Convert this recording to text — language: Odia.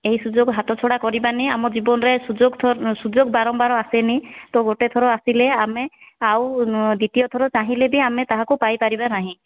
ଏହି ସୁଯୋଗ ହାତ ଛଡ଼ା କରିବାନି ଆମ ଜୀବନରେ ସୁଯୋଗ ସୁଯୋଗ ବାରମ୍ବାର ଆସେନି ତ ଗୋଟେ ଥର ଆସିଲେ ଆମେ ଆଉ ଦ୍ଵିତୀୟ ଥର ଚାହିଁଲେ ବି ଆମେ ତାହାକୁ ପାଇପାରିବା ନାହିଁ